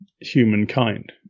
humankind